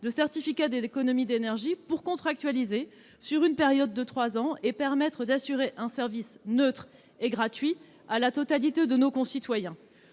les certificats d'économies d'énergie, pour contractualiser sur trois ans afin d'assurer un service neutre et gratuit à la totalité de nos concitoyens.